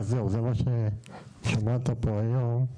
זה מה ששמעת פה היום.